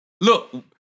Look